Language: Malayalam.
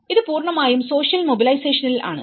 ഇത് പൂർണ്ണമായും സോഷ്യൽ മൊബിലൈസേഷനിൽ ആണ്